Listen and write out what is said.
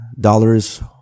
dollars